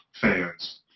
fans